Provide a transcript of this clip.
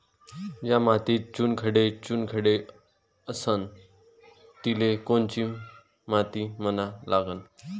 ज्या मातीत चुनखडे चुनखडे असन तिले कोनची माती म्हना लागन?